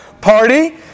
party